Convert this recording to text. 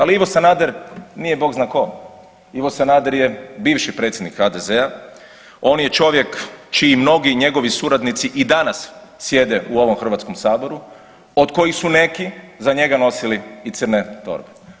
Ali Ivo Sanader nije bog zna tko, Ivo Sanader je bivši predsjednik HDZ-a, on je čovjek čiji mnogi njegovi suradnici i danas sjede u ovom Hrvatskom saboru od kojih su neki za njega nosili i crne torbe.